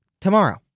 tomorrow